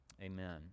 amen